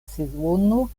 sezono